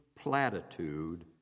platitude